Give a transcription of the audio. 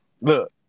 Look